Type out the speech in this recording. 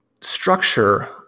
structure